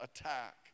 attack